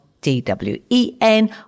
D-W-E-N